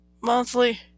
monthly